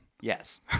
Yes